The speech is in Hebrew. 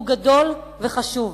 הוא גדול וחשוב.